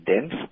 dense